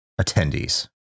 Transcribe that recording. attendees